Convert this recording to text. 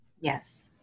Yes